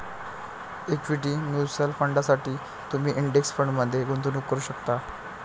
equity mutual फंडांसाठी तुम्ही index फंडमध्ये गुंतवणूक करू शकता